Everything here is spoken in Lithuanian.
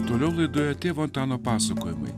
toliau laidoje tėvo antano pasakojimai